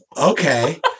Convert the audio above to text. Okay